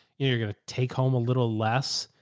you're going to take home a little less.